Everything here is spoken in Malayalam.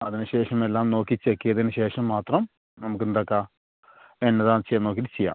അതിന് ശേഷം എല്ലാം നോക്കി ചെക്ക് ചെയ്തതിന് ശേഷം മാത്രം നമുക്ക് എന്താക്കാം എന്നതാണ് ചെയ്യുക എന്ന് നോക്കിയിട്ട് ചെയ്യാം